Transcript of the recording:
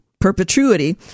perpetuity